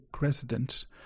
residents